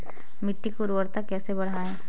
मिट्टी की उर्वरता कैसे बढ़ाएँ?